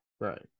Right